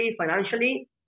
financially